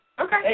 Okay